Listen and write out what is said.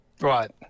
Right